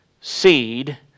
seed